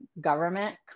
government